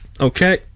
Okay